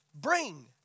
bring